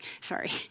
sorry